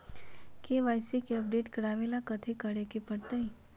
KYC के update करवावेला कथि करें के परतई?